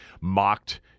mocked